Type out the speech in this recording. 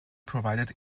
provided